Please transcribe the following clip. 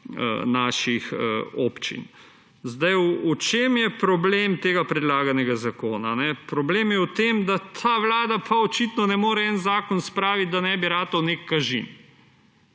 naših občin. V čem je problem tega predlaganega zakona? Problem je v tem, da ta vlada pa očitno ne more en zakon spraviti, da ne bi ratal nek kažin.